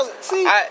See